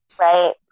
right